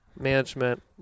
Management